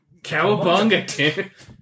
Cowabunga